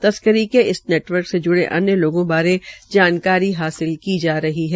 तस्करी के नेटवर्क से ज्ड़े अन्य लोगों बारे जानकारी हासिल की जा रही है